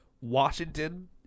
Washington